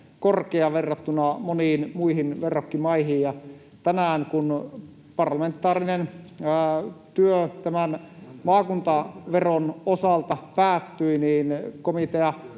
korkea verrattuna moniin muihin verrokkimaihin. Ja kun tänään parlamentaarinen työ tämän maakuntaveron osalta päättyi, komitea